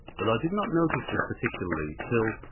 but i did not notice this particularly till,